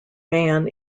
man